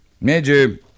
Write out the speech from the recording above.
Major